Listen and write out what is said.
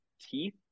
teeth